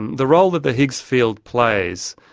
the role that the higgs field plays,